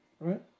right